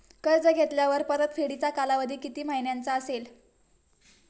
कर्ज घेतल्यावर परतफेडीचा कालावधी किती महिन्यांचा असेल?